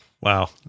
Wow